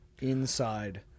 inside